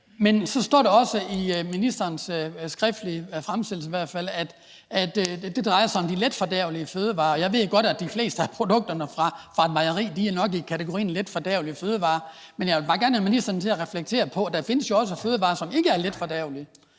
men så står der også i ministerens skriftlige fremsættelse, at det drejer sig om de letfordærvelige fødevarer. Jeg ved godt, at de fleste af produkterne fra et mejeri nok er i kategorien letfordærvelige fødevarer, men jeg vil bare gerne have ministeren til reflektere over, at der jo også findes fødevarer, som ikke er letfordærvelige,